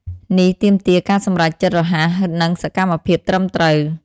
នេះទាមទារការសម្រេចចិត្តរហ័ស និងសកម្មភាពត្រឹមត្រូវ។